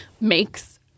makes